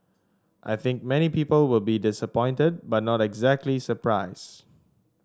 I think many people will be disappointed but not exactly surprised